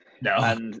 No